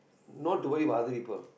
not to worry about other people